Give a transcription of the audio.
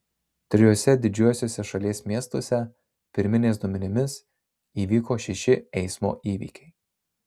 trijuose didžiuosiuose šalies miestuose pirminiais duomenimis įvyko šeši eismo įvykiai